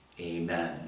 Amen